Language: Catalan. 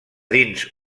dins